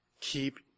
Keep